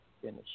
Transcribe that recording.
Finish